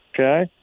okay